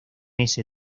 ese